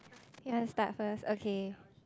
you want start first okay